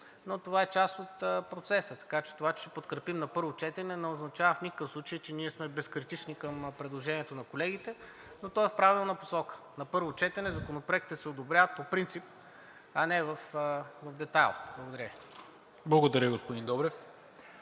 но това е част от процеса. Така че това, че ще подкрепим на първо четене, не означава в никакъв случай, че ние сме безкритични към предложението на колегите, но той е в правилна посока. На първо четене законопроектите се одобряват по принцип, а не в детайл. Благодаря Ви.